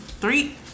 three